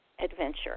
adventure